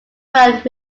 band